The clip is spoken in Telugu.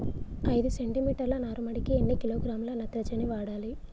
ఐదు సెంటి మీటర్ల నారుమడికి ఎన్ని కిలోగ్రాముల నత్రజని వాడాలి?